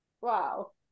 Wow